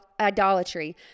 idolatry